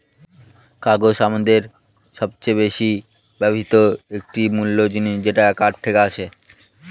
কাগজ আমাদের সবচেয়ে বেশি ব্যবহৃত একটি মূল জিনিস যেটা কাঠ থেকে আসে